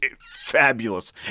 fabulous